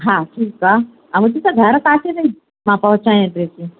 हा ठीकु आहे ऐं मुंंहिंजी त घर पासे में आहे मां पहुचाया थी